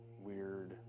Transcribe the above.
weird